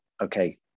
okay